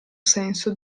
senso